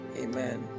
Amen